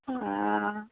অ